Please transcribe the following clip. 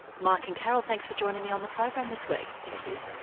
mike and carole, thanks for joining me on the program this week. thank you.